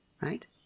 right